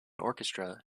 orchestra